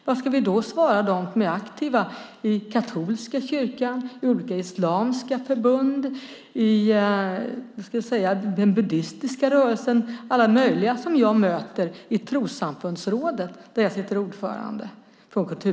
Vad ska vi då från Kulturdepartementets sida svara dem som är aktiva i katolska kyrkan, i olika islamiska förbund, den buddhistiska rörelsen och alla möjliga andra som jag möter i Trossamfundsrådet där jag sitter ordförande?